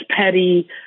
Petty